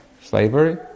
slavery